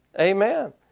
Amen